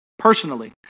personally